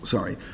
Sorry